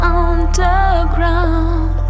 underground